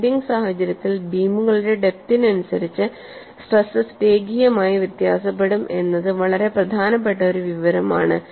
bending സാഹചര്യത്തിൽ ബീമുകളുടെ ഡെപ്തിനു അനുസരിച്ച് സ്ട്രേസ്സസ് രേഖീയമായി വ്യത്യാസപ്പെടും എന്നത് വളരെ പ്രധാനപ്പെട്ട ഒരു വിവരമാണ്